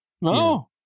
no